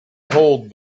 hold